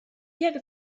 jak